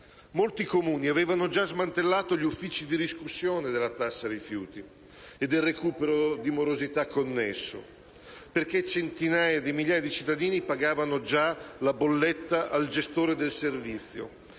Molti Comuni avevano già smantellato gli uffici di riscossione della tassa rifiuti e del recupero di morosità connesso, perché centinaia di migliaia di cittadini pagavano già la bolletta al gestore del servizio.